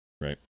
right